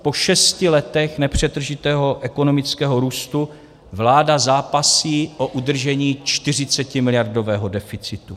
Po šesti letech nepřetržitého ekonomického růstu vláda zápasí o udržení 40miliardového deficitu.